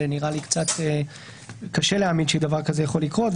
נראה לי קצת קשה להאמין שדבר כזה יכול לקרות,